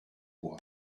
bois